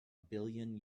billion